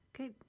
Okay